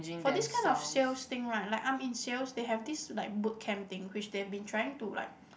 for these kind of sales thing right like arm in sales they have these like boot camp things which they had been trying to like